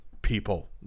People